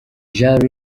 jean